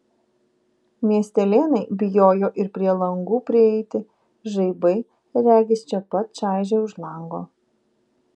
miestelėnai bijojo ir prie langų prieiti žaibai regis čia pat čaižė už lango